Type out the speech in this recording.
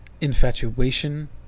infatuation